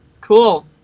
Cool